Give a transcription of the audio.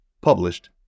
Published